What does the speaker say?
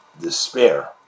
despair